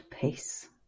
peace